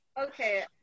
Okay